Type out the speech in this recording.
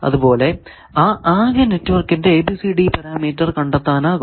അതുപോലെ ആ ആകെ നെറ്റ്വർക്കിന്റെ ABCD പാരാമീറ്റർ കണ്ടെത്താനാകും